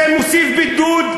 זה מוסיף בידוד,